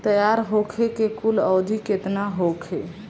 तैयार होखे के कुल अवधि केतना होखे?